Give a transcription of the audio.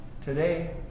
today